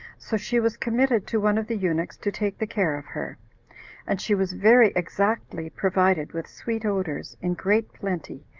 so she was committed to one of the eunuchs to take the care of her and she was very exactly provided with sweet odors, in great plenty,